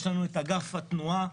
יש לנו אגף התנועה,